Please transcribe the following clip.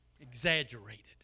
Exaggerated